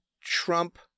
Trump